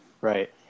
Right